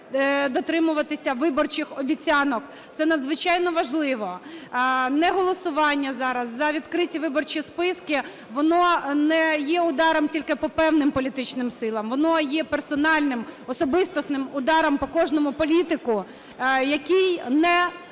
дотримуватися виборчих обіцянок, це надзвичайно важливо. Неголосування зараз за відкриті виборчі списки, воно не є ударом тільки по певним політичним силам, воно є персональним, особистісним ударом по кожному політику, який не